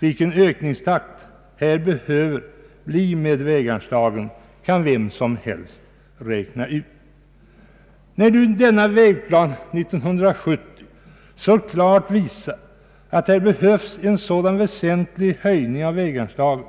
Vilken ökningstakt det behöver bli kan vem som helst räkna ut. När nu denna vägplan så klart visar att det behövs en väsentlig höjning av väganslagen,